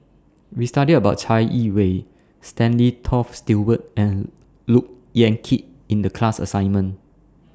We studied about Chai Yee Wei Stanley Toft Stewart and Look Yan Kit in The class assignment